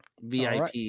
VIP